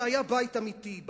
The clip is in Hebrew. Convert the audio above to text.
זה היה בית אמיתי,